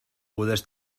puedes